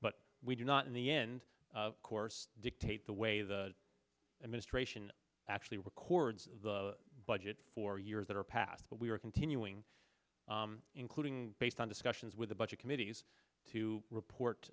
but we do not in the end of course dictate the way the administration actually records the budget for years that are passed but we are continuing including based on discussions with the budget committees to